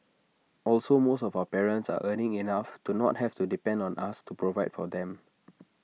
also most of our parents are earning enough to not have to depend on us to provide for them